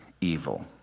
evil